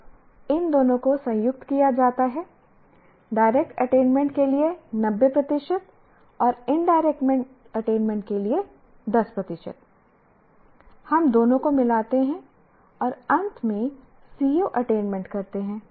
अब इन दोनों को संयुक्त किया जाता है डायरेक्ट अटेनमेंट के लिए 90 प्रतिशत और इनडायरेक्ट अटेनमेंट के लिए 10 प्रतिशत हम दोनों को मिलाते हैं और अंत में CO अटेनमेंट करते हैं